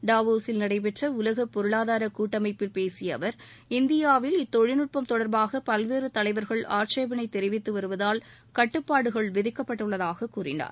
டாவோஸில் நடைபெற்ற உலக பொருளாதார கூட்டமைப்பில் பேசிய அவர் இந்தியாவில் இத்தொழில்நுட்பம் தொடர்பாக பல்வேறு தலைவர்கள் ஆட்சேபளை தெரிவித்து வருவதால் கட்டுப்பாடுகள் விதிக்கப்பட்டுள்ளதாக கூறினார்